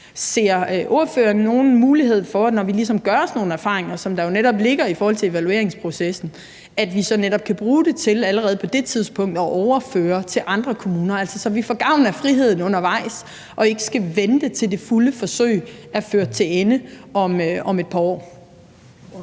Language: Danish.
Ser ordføreren nogen mulighed for, når vi ligesom gør os nogle erfaringer, som der jo netop ligger i evalueringsprocessen, at vi så netop kan bruge det til allerede på det tidspunkt at overføre til andre kommuner, altså så vi får gavn af friheden undervejs og ikke skal vente, til det fulde forsøg er ført til ende om et par år?